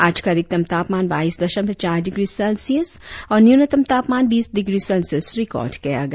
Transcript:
आज का अधिकतम तापमान बाईस दशमलव चार डिग्री सेल्सियस और न्यूनतम तापमान बीस डिग्री सेल्सियस रिकार्ड किया गया